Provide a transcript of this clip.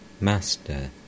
Master